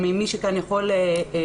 או ממי שכאן יכול לעזור,